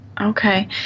Okay